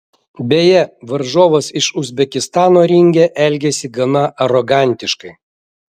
beje varžovas iš uzbekistano ringe elgėsi gana arogantiškai